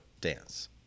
dance